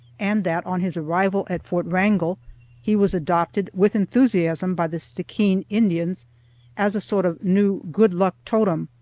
and that on his arrival at fort wrangel he was adopted with enthusiasm by the stickeen indians as a sort of new good-luck totem,